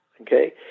Okay